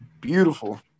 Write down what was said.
beautiful